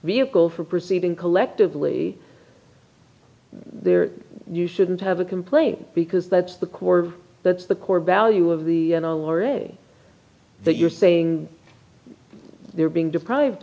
vehicle for proceeding collectively there you shouldn't have a complaint because that's the core that's the core value of the dollar is that you're saying they're being deprived